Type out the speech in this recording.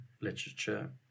literature